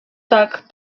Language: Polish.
tak